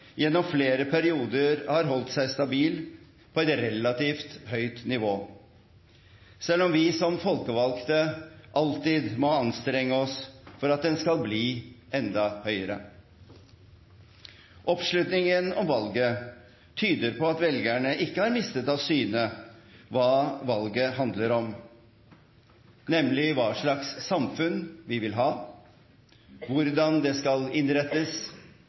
gjennom flere perioder har holdt seg stabil på et relativt høyt nivå, selv om vi som folkevalgte alltid må anstrenge oss for at den skal bli enda større. Oppslutningen om valget tyder på at velgerne ikke har mistet av syne hva valget handler om, nemlig hva slags samfunn vi vil ha, hvordan det skal innrettes,